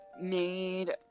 made